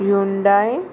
Hyundai